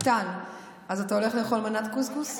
מתן, אתה הולך לאכול מנת קוסקוס?